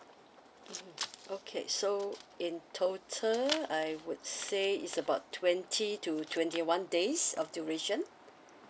mmhmm okay so in total I would say is about twenty to twenty one days of duration